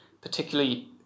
particularly